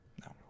No